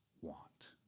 want